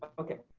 ok,